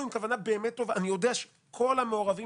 אני יודע שכולם פה